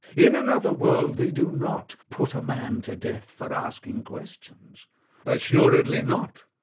in another world they do not put a man to death for asking questions assuredly not.